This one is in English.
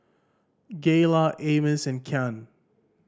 Gayla Amos and Kyan